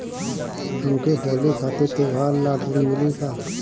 हमके होली खातिर त्योहार ला ऋण मिली का?